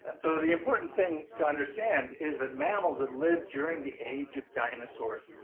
so the important thing to understand is that mammals that live during the age of dinosaurs,